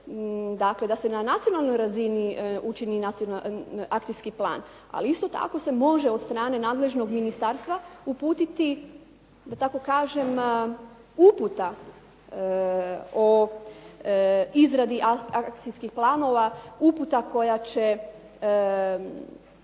dakle da se na nacionalnoj razini učini akcijski plan. Ali isto tako se može od strane nadležnog ministarstva uputiti, da tako kažem, uputa o izradi akcijskih planova, uputa koja će